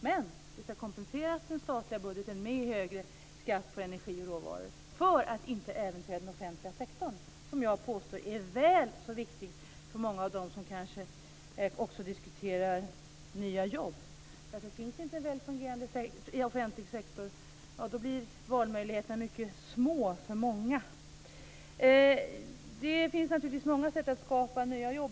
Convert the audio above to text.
Men det skall kompenseras till den statliga budgeten med högre skatt på energi och råvaror för att inte äventyra den offentliga sektorn. Jag påstår att den är väl så viktig för många av dem som kanske också diskuterar nya jobb. Finns inte en väl fungerande offentlig sektor blir valmöjligheterna mycket små för många. Det finns naturligtvis många sätt att skapa nya jobb.